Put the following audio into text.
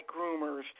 groomers